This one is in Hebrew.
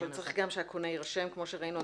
אבל צריך גם שהקונה יירשם כמו שראינו,